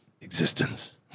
existence